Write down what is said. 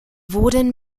wurden